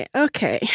yeah ok.